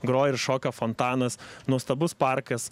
groja ir šoka fontanas nuostabus parkas